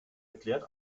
erklärt